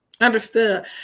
Understood